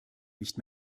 nicht